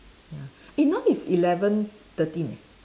ya eh now it's eleven thirteen eh